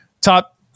top